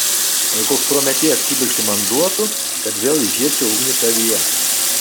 koks prometėjas kibirkštį man duotų kad vėl įžiebčiau ugnį tavyje